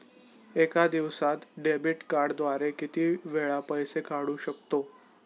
एका दिवसांत डेबिट कार्डद्वारे किती वेळा पैसे काढू शकतो?